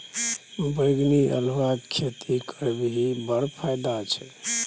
बैंगनी अल्हुआक खेती करबिही बड़ फायदा छै